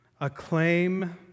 acclaim